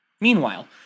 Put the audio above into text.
Meanwhile